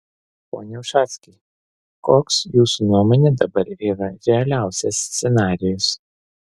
pone ušackai koks jūsų nuomone dabar yra realiausias scenarijus